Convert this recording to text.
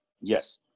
Yes